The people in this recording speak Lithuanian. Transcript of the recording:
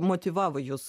motyvavo jus